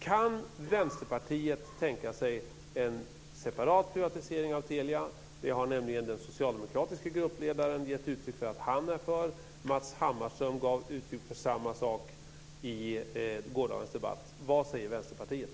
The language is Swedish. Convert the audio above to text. Kan Vänsterpartiet tänka sig en separat privatisering av Telia? Det har nämligen den socialdemokratiska gruppledaren uttryckt att han är för. Matz Hammarström gav uttryck för samma sak i gårdagens debatt. Vad säger Vänsterpartiet?